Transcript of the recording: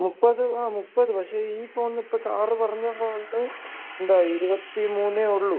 മുപ്പത് ആ മുപ്പത് പക്ഷേ ഈ ഫോണിനിപ്പോൾ സാറ് പറഞ്ഞ ഫോണിൽ എന്താ ഇരുപത്തി മൂന്നേ ഉളളൂ